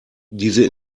diese